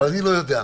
אבל אני לא יודע.